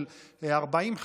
של 40%,